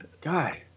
Guy